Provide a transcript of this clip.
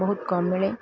ବହୁତ କମ୍ ମିଳେ